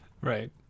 Right